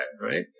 right